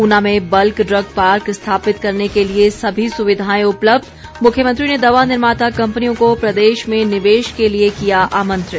ऊना में bulk drug park स्थापित करने के लिए सभी सुविधाएं उपलब्ध मुख्यमंत्री ने दवा निर्माता कम्पनियों को प्रदेश में निवेश के लिए किया आमंत्रित